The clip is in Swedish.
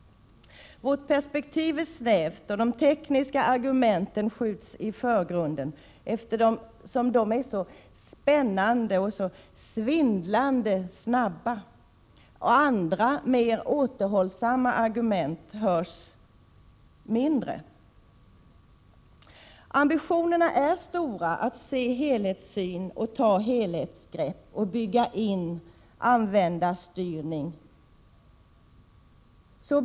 Vårt perspektiv är snävt, och de tekniska argumenten skjuts i förgrunden, eftersom de är så spännande och så svindlade snabba. Andra, mer återhållsamma argument hörs mindre. Ambitionerna är stora att se en helhetssyn och att ta ett helhetsgrepp samt att bygga in användarstyrning.